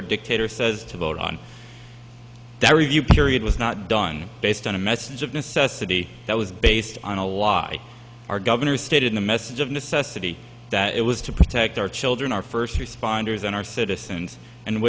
their dictator says to vote on that review period was not done based on a message of necessity that was based on a lie our governor stated in a message of necessity that it was to protect our children our first responders and our citizens and